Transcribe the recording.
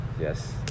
yes